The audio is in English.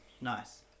Nice